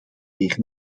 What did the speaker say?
weer